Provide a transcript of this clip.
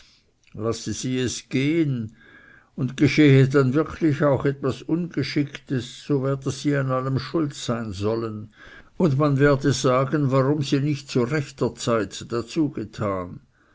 lasse sie es gehen und geschehe dann wirklich auch etwas ungeschicktes so werde sie an allem schuld sein sollen und man werde sagen warum sie nicht zu rechter zeit dazu getan